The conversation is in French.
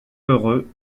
heureux